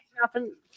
Happen